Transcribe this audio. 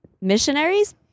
Missionaries